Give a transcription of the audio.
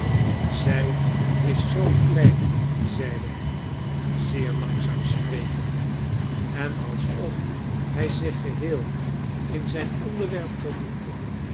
zij is zoo klein zeide hij zeer langzaam sprekende en alsof hij zich geheel in zijn onderwerp verdiepte